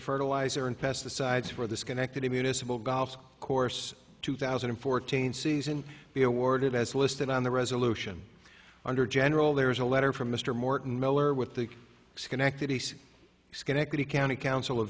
the fertilizer and pesticides for the schenectady municipal golf course two thousand and fourteen season be awarded as listed on the resolution under general there's a letter from mr morton miller with the schenectady schenectady county coun